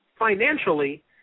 Financially